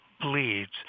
bleeds